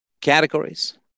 categories